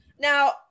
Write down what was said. now